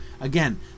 again